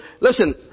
Listen